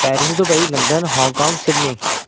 Paris Dubai London Hong Kong Sydney